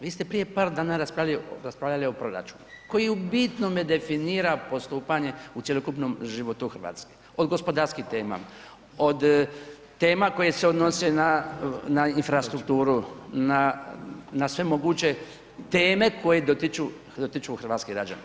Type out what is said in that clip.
Vi ste prije par dana raspravljali o proračunu koji u bitnome definira postupanje u cjelokupnom životu Hrvatske od gospodarskih tema, od tema koje se odnose na infrastrukturu, na sve moguće teme koje dotiču hrvatske građane.